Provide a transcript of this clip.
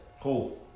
Cool